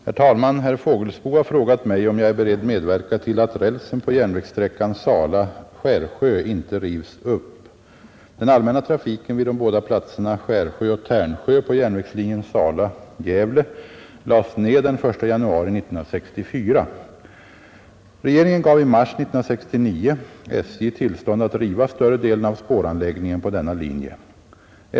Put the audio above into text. Herr talman! Herr Fågelsbo har frågat mig om jag är beredd medverka till att rälsen på järnvägssträckan Sala—Skärsjö inte rivs upp. Den allmänna trafiken vid de båda platserna Skärsjö och Tärnsjö på järnvägslinjen Sala—Gävle lades ned den 1 januari 1964. Regeringen gav i mars 1969 SJ tillstånd att riva större delen av spåranläggningen på denna linje.